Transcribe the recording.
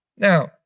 Now